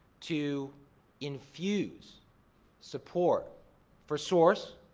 to infuse support for source,